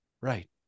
right